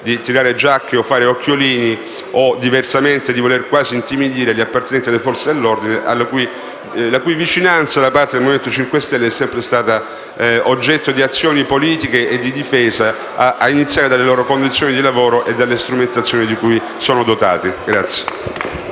di tirare giacche, fare occhiolini o, diversamente, di voler quasi intimidire gli appartenenti alle Forze dell'ordine, la cui vicinanza da parte del Movimento 5 Stelle è sempre stata oggetto di azioni politiche di difesa, ad iniziare dalle loro condizioni di lavoro e dalle strumentazioni di cui sono dotati.